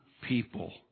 people